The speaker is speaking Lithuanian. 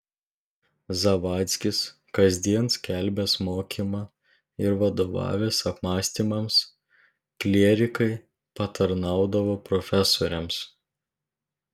zavadzkis kasdien skelbęs mokymą ir vadovavęs apmąstymams klierikai patarnaudavo profesoriams